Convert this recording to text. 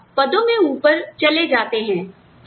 और आप पदों में ऊपर चले जाते हैं